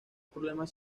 problemas